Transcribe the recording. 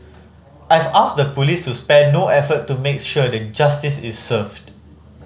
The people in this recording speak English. I've asked the police to spare no effort to make sure that justice is served